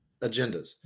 agendas